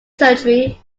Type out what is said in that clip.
surgery